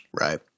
right